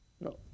No